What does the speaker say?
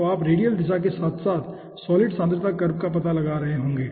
तो आप रेडियल दिशा के साथ साथ सॉलिड सांद्रता कर्व का पता लगा रहे होंगे